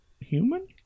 human